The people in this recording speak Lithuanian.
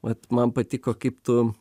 vat man patiko kaip tu